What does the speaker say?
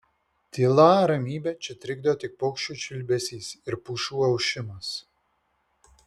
tylą ramybę čia trikdo tik paukščių čiulbesys ir pušų ošimas